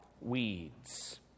weeds